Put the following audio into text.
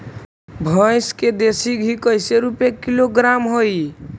भैंस के देसी घी कैसे रूपये किलोग्राम हई?